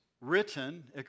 written